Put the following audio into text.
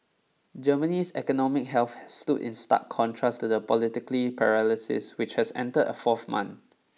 Germany's economic health has stood in stark contrast to the political paralysis which has entered a fourth month